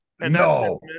No